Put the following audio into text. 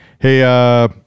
Hey